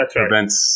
prevents